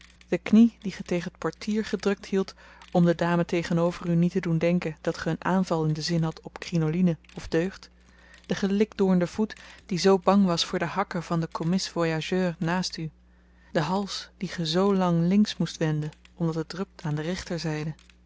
de knie die ge tegen t portier gedrukt hield om de dame tegenover u niet te doen denken dat ge een aanval in den zin hadt op krinoline of deugd de gelikdoornde voet die zoo bang was voor de hakken van den commis-voyageur naast u de hals dien ge zoo lang links moest wenden omdat het drupt aan de rechterzyde